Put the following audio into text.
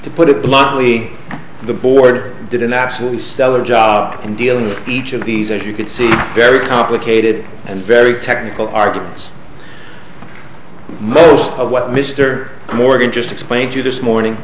to put it bluntly the board did an absolutely stellar job in dealing with each of these as you can see very complicated and very technical arguments most of what mr morgan just explained to you this morning